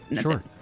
sure